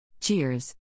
Cheers